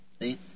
see